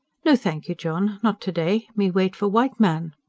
no thank you, john, not to-day. me wait for white man.